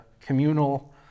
communal